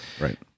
Right